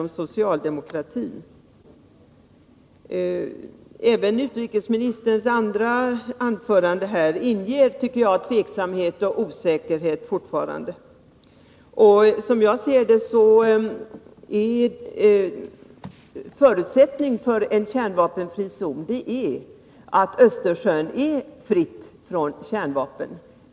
rande i det inter Jag tycker att även utrikesministerns andra anförande skapar tveksamhet nationella nedrustoch osäkerhet. En förutsättning för en kärnvapenfri zon är, enligt min ningsarbetet mening, att Östersjön är fritt från kärnvapen.